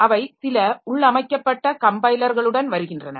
அவை சில உள்ளமைக்கப்பட்ட கம்பைலர்களுடன் வருகின்றன